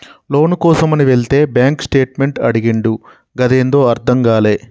లోను కోసమని వెళితే bank statement అడిగిండు గదేందో అర్థం గాలే